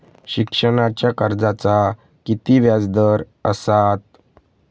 शिक्षणाच्या कर्जाचा किती व्याजदर असात?